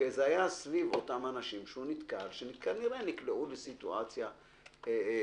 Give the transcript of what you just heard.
הייתה סביב אותם אנשים שהוא נתקל בהם שכנראה נקלעו לסיטואציה כזו.